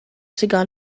cigar